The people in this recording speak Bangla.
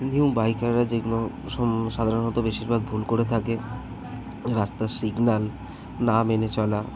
নিউ বাইকাররা যেইগুলো সম সাধারণত বেশিরভাগ ভুল করে থাকে ঐ রাস্তার সিগনাল না মেনে চলা